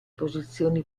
posizioni